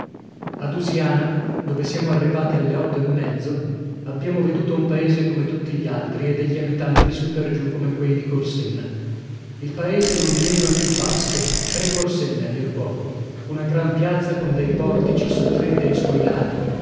a dusiana dove siamo arrivati alle otto e mezzo abbiamo veduto un paese come tutti gli altri e degli abitanti su per giù come quei di corsenna il paese nondimeno è più vasto tre corsenne a dir poco una gran piazza con dei portici su tre dei suoi lati